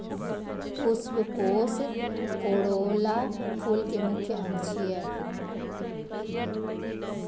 पुष्पकोष कोरोला फूल के मुख्य अंग छियै